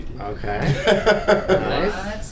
Okay